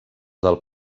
del